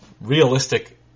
realistic